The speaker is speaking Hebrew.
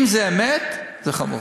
אם זה אמת, זה חמור.